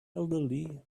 elderly